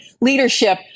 leadership